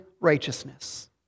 righteousness